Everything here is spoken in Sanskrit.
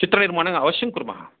चित्रनिर्माणम् अवश्यं कुर्मः